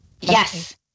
Yes